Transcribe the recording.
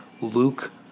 Luke